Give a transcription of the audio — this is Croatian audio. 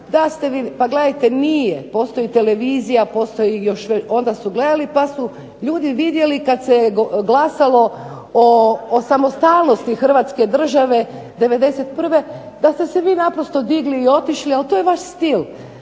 Pa gledajte nije. Postoji televizija, postoji još onda su gledali pa su ljudi vidjeli kad se glasalo o samostalnosti Hrvatske države '91. da ste se vi naprosto digli i otišli. Ali to je vaš stil,